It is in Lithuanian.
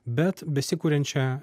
bet besikuriančią